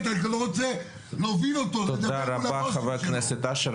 אף אחד לא עומד עם אקדח על הרקה למישהו לקחת כשרות.